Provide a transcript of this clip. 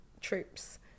troops